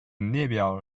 列表